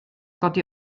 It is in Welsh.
godi